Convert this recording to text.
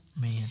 Man